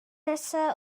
nesa